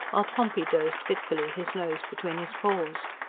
while pompey dozed fitfully, his nose between his paws.